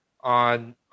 on